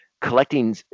collecting